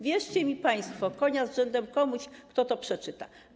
Wierzcie mi państwo, konia z rzędem komuś, kto to przeczyta.